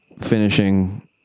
finishing